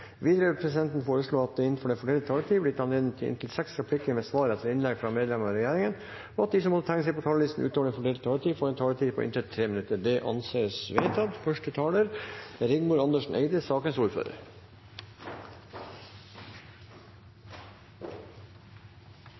Videre vil presidenten foreslå at det – innenfor den fordelte taletid – blir gitt anledning til inntil seks replikker med svar etter innlegg fra medlemmer av regjeringen, og at de som måtte tegne seg på talerlisten utover den fordelte taletid, får en taletid på inntil 3 minutter. Det anses vedtatt.